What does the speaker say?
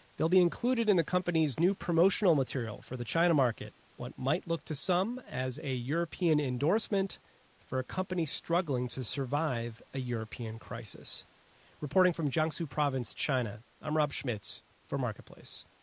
they'll be included in the company's new promotional material for the china market, what might look to some as a european endorsement for a company struggling to survive a european crisis reporting from jiangsu province, china, i'm rob schmitz for marketplace